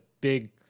big